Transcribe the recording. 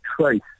trace